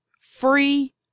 free